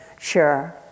sure